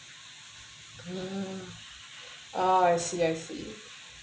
uh oh I see I see